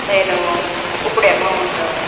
నేను ఇప్పుడు అమౌంటు